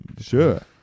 Sure